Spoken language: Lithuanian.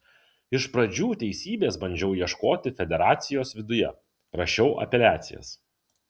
iš pradžių teisybės bandžiau ieškoti federacijos viduje rašiau apeliacijas